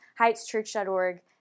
heightschurch.org